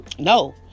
No